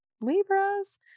libra's